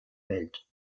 welt